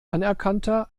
anerkannter